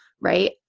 right